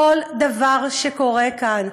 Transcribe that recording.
כל דבר שקורה כאן,